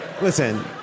listen